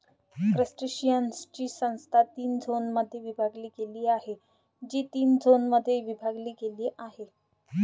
क्रस्टेशियन्सची संस्था तीन झोनमध्ये विभागली गेली आहे, जी तीन झोनमध्ये विभागली गेली आहे